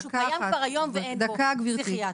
שקיים כבר היום ואין בו פסיכיאטר.